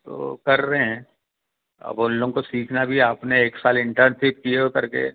तो कर रहें हैं अब उन लोगों को सीखना भी है आपने एक साल इंटर्नशिप किए हो करके